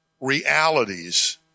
realities